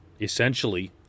essentially